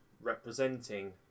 representing